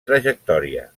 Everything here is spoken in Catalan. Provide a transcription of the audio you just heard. trajectòria